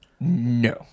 no